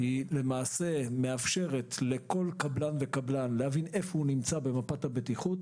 היא מאפשרת לכל קבלן וקבלן להבין איפה הוא נמצא במפת הבטיחות.